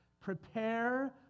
Prepare